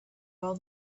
all